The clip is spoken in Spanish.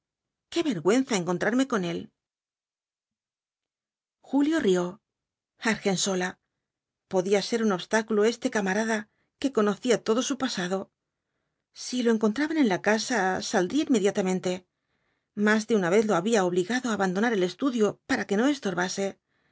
qué vergúenza encontrarme con él julio rió argensola podía ser un obstáculo este camarada que conocía todo su pasado si lo encontraban en la casa saldría inmediatamente más de una vez lo había obligado á abandonar el estudio para que no estorbase